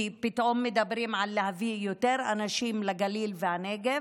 כי פתאום מדברים על הבאת יותר אנשים לגליל ולנגב,